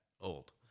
old